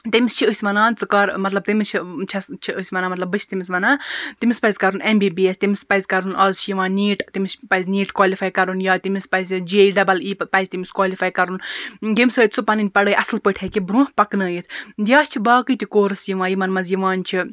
تٔمِس چھِ أسۍ وَنان مَطلَب ژٕ کر مَطلَب تٔمِس چھِ چھَس چھِ أسۍ وَنان مَطلَب بہٕ چھَس تٔمس وَنان تٔمس پَزِ کَرُن ایٚم بی بی ایٚس تٔمِس پَزِ کَرُن آز چھ یِوان نیٖٹ تٔمس پَزِ نیٖٹ کالفاے کَرُن یا تٔمِس پَزِ جے ڈَبَل ای پَزِ تٔمِس کالفاے کَرُن یمہِ سۭتۍ سُہ پَنٕنۍ پَڑٲے اصٕل پٲٹھۍ ہیٚکہِ برونٛہہ پَکنٲیِتھ یا چھِ باقٕے تہِ کورس یِوان یِمَن مَنٛز یِوان چھِ